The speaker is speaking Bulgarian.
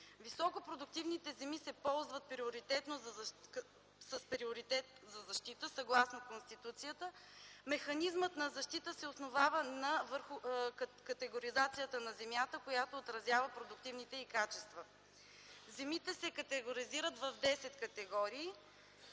Високопродуктивните земи се ползват с приоритет за защита съгласно Конституцията. Механизмът на защита се основава на категоризацията на земята, която отразява продуктивните й качества. Земите се категоризират в десет категории